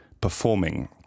performing